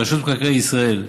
רשות מקרקעי ישראל,